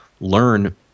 learn